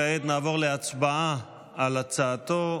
כעת נעבור להצבעה על הצעתו.